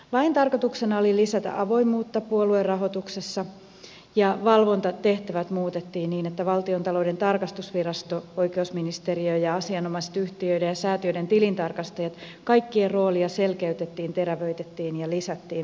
lain tarkoituksena oli lisätä avoimuutta puoluerahoituksessa ja valvontatehtävät muutettiin niin että valtiontalouden tarkastusviraston oikeusministeriön ja asianomaisten yhtiöiden ja säätiöiden tilintarkastajien kaikkien roolia selkeytettiin terävöitettiin ja lisättiin merkittävästi vastuita